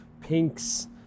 pinks